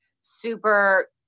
super